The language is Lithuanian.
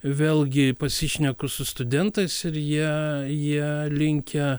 vėlgi pasišneku su studentais ir jie jie linkę